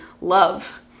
love